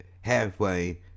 halfway